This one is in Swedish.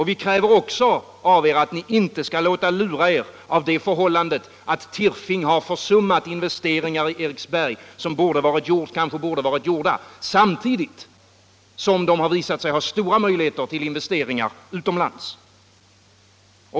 Vi kräver också att ni inte skall låta lura er av det förhållandet att Tirfing har försummat investeringar i Eriksberg, som kanske borde ha varit gjorda, samtidigt som man visat sig ha stora möjligheter till investeringar utomlands.